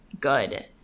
good